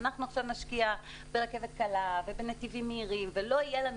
אם אנחנו נשקיע עכשיו ברכבת קלה ובנתיבים מהירים ולא תהיה לנו